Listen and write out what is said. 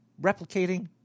replicating